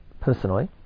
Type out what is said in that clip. personally